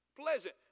Pleasant